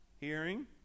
hearing